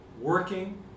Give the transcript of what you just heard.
working